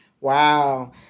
Wow